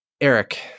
Eric